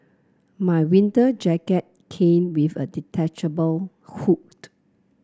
my winter jacket came with a detachable hood